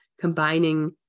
combining